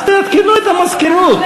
אז תעדכנו את המזכירות.